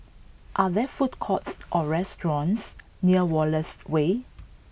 are there food courts or restaurants near Wallace Way